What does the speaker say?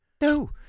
No